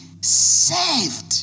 saved